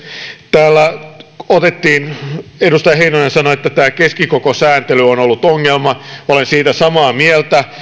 täällä edustaja heinonen sanoi että tämä keskikokosääntely on ollut ongelma olen siitä samaa mieltä